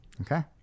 okay